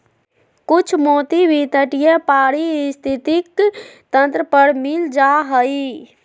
कुछ मोती भी तटीय पारिस्थितिक तंत्र पर मिल जा हई